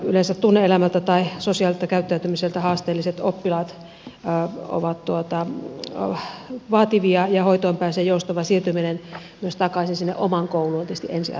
yleensä tunne elämältään tai sosiaaliselta käyttäytymiseltään haasteelliset oppilaat ovat vaativia ja hoitoon päässeen joustava siirtyminen myös takaisin sinne omaan kouluun on tietysti ensiarvoisen tärkeää